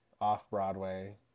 off-Broadway